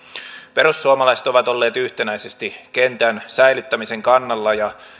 perussuomalaiset ovat olleet yhtenäisesti kentän säilyttämisen kannalla ja